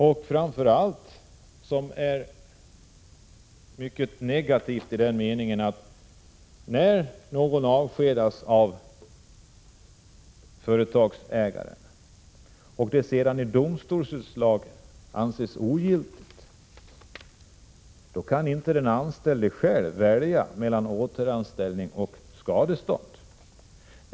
Det mest negativa inslaget är bestämmelsen om att anställd vars avskedande genom domstolsutslag förklarats ogiltigt inte själv kan välja mellan återanställning och skadestånd.